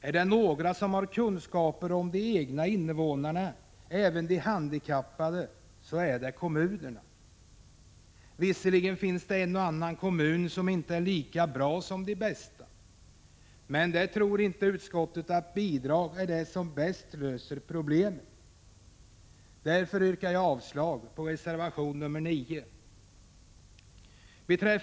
Är det några som har kunskaper om de egna invånarna, även om de handikappade, så är det kommunerna. Visserligen finns en och annan kommun som inte är lika bra som de bästa, men där tror inte utskottets majoritet att bidrag är det som bäst löser problemen. Därför yrkar jag avslag på reservation nr 9. Prot.